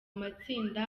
matsinda